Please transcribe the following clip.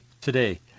today